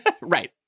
Right